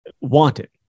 wanted